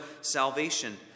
salvation